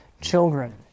children